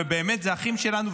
ובאמת זה אחים שלנו,